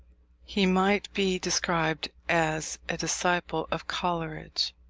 he might be described as a disciple of coleridge,